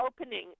opening